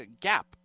Gap